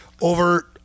over